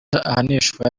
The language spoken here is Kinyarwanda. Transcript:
ahanishwa